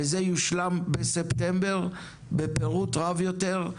וזה יושלם בספטמבר בפירוט רב יותר.